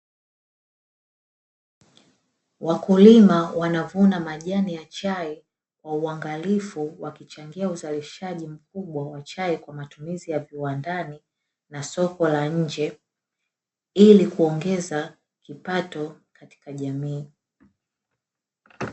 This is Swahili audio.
Wakulima wanavuna majani ya chai kwa uangalifu, wakichangia uzalishaji mkubwa wa chai kwa matumizi ya viwandani na soko la nje, ili kuongeza kipato katika jamii.